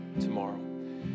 tomorrow